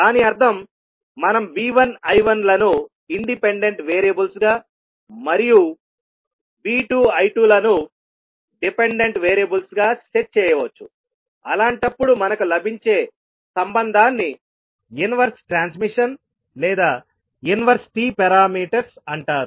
దాని అర్థం మనం V1 I1 లను ఇండిపెండెంట్ వేరియబుల్స్ గా మరియు V2 I2 లను డిపెండెంట్ వేరియబుల్స్ గా సెట్ చేయవచ్చు అలాంటప్పుడు మనకు లభించే సంబంధాన్ని ఇన్వర్స్ ట్రాన్స్మిషన్ లేదా ఇన్వర్స్ T పారామీటర్స్ అంటారు